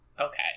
Okay